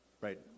right